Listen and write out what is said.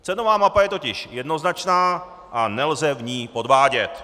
Cenová mapa je totiž jednoznačná a nelze v ní podvádět.